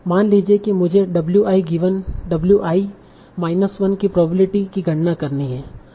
मान लीजिए कि मुझे w i given w i minus 1 की प्रोबेबिलिटी की गणना करनी है